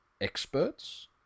experts